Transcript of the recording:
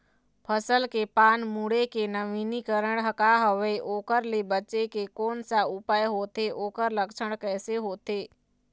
फसल के पान मुड़े के नवीनीकरण का हवे ओकर ले बचे के कोन सा उपाय होथे ओकर लक्षण कैसे होथे?